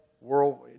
World